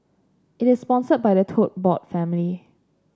it is sponsored by the Tote Board family